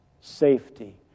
safety